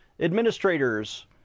administrators